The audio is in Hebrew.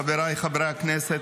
חבריי חברי הכנסת,